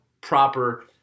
proper